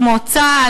כמו צה"ל,